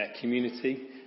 community